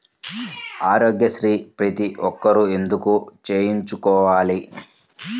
ఆరోగ్యశ్రీ ప్రతి ఒక్కరూ ఎందుకు చేయించుకోవాలి?